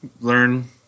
learn